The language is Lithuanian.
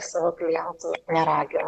savo klientų neraginam